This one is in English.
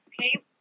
okay